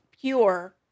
pure